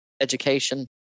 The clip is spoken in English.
education